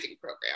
program